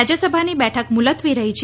રાજ્યસભાની બેઠક મુલતવી રહી છે